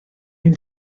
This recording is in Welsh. ein